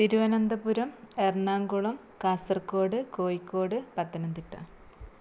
Thiruvananthapuram Ernakulam Kasaragod Kozhikode Pathanamthitta